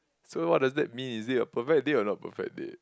so what does that mean is it a perfect date or not perfect date